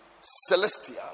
celestial